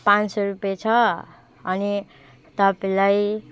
पाँच सौ रुपियाँ छ अनि तपाईँलाई